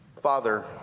Father